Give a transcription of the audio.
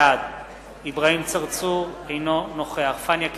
בעד אברהים צרצור, אינו נוכח פניה קירשנבאום,